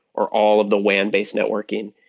or all of the land-based networking,